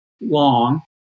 long